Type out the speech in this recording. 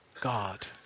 God